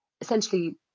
essentially